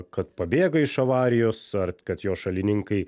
kad pabėga iš avarijos ar kad jos šalininkai